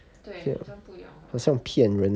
对好像不一样的人